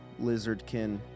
Lizardkin